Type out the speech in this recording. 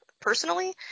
personally